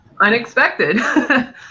unexpected